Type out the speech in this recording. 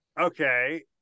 Okay